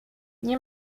nie